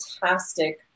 fantastic